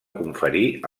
conferir